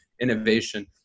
innovation